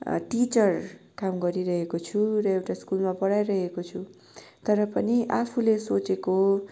teacher काम गरिरहेको छु र एउटा स्कुलमा पढाइरहेको छु तर पनि आफूले सोचेको